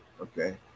okay